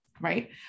right